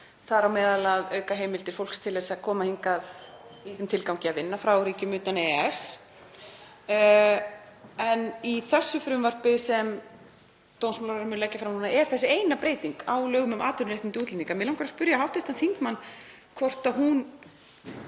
þar á meðal að auka heimildir fólks til að koma hingað í þeim tilgangi að vinna frá ríkjum utan EES, en í því frumvarpi sem dómsmálaráðherra leggur fram núna er þessi eina breyting á lögum um atvinnuréttindi útlendinga. Mig langar að spyrja hv. þingmann hvort hún